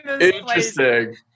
Interesting